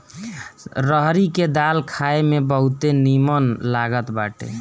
रहरी के दाल खाए में बहुते निमन लागत बाटे